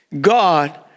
God